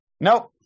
Nope